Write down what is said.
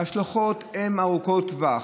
ההשלכות הן ארוכות טווח.